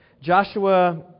Joshua